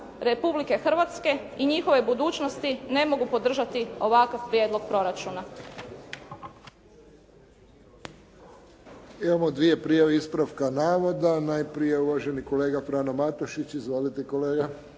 Republike Hrvatske i njihove budućnosti ne mogu podržati ovakav Prijedlog proračuna.